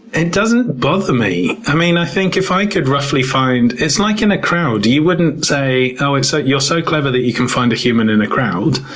it doesn't bother me. i mean, i think if i could roughly find, it's like in a crowd, you wouldn't say, oh, ah you're so clever that you can find a human in a crowd!